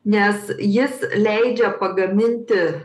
nes jis leidžia pagaminti